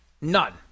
none